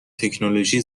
تکنولوژی